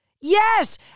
Yes